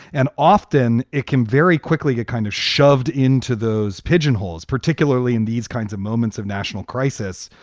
and often it can very quickly get kind of shoved into those pigeonholes, particularly in these kinds of moments of national crisis,